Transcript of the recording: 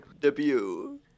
Debut